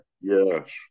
Yes